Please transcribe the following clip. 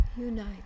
unite